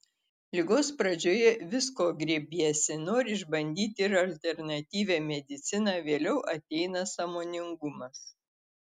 ligos pradžioje visko grėbiesi nori išbandyti ir alternatyvią mediciną vėliau ateina sąmoningumas